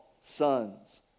sons